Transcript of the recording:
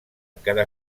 encara